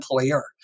employer